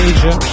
Asia